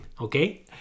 okay